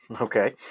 Okay